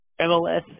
MLS